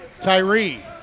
Tyree